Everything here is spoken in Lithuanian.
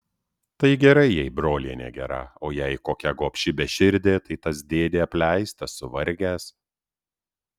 tai gerai jei brolienė gera o jei kokia gobši beširdė tai tas dėdė apleistas suvargęs